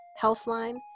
Healthline